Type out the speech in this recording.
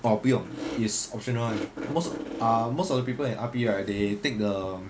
orh 不用 it's optional [one] most ah most of the people in R_P right they take the